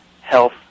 health